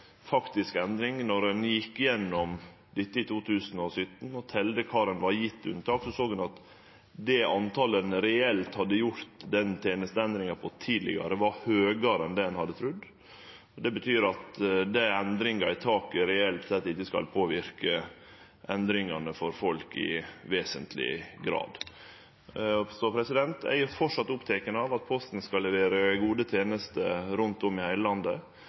gjekk gjennom dette og talde kvar det var gjeve unntak, såg ein at talet for der ein reelt hadde gjort den tenesteendringa tidlegare, var høgare enn det ein hadde trudd. Det betyr at dei endringane i taket reelt sett ikkje skal påverke endringane for folk i vesentleg grad. Eg er framleis oppteken av at Posten skal levere gode tenester rundt om i heile landet,